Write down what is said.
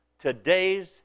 today's